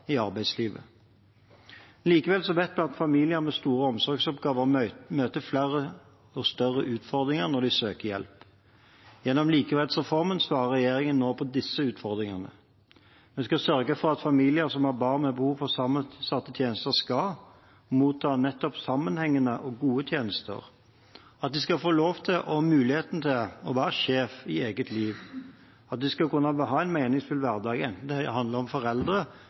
i arbeidslivet. Likevel vet vi at familier med store omsorgsoppgaver møter flere og større utfordringer når de søker hjelp. Gjennom Likeverdsreformen svarer regjeringen nå på disse utfordringene. Vi vil sørge for at familier som har barn med behov for sammensatte tjenester, skal motta sammenhengende og gode tjenester. De skal få lov til og ha muligheten til å være sjef i eget liv. De skal kunne ha en meningsfull hverdag, enten det handler om foreldre,